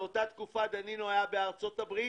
באותה תקופה דנינו היה בארצות הברית.